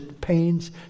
pains